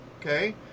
okay